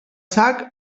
sac